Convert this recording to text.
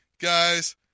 guys